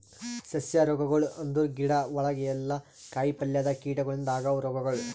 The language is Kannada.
ಸಸ್ಯ ರೋಗಗೊಳ್ ಅಂದುರ್ ಗಿಡ ಒಳಗ ಇಲ್ಲಾ ಕಾಯಿ ಪಲ್ಯದಾಗ್ ಕೀಟಗೊಳಿಂದ್ ಆಗವ್ ರೋಗಗೊಳ್